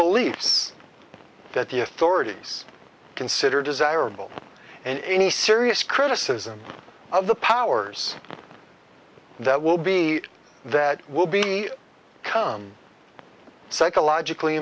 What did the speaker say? believes that the authorities consider desirable and any serious criticism of the powers that will be that will be become psychologically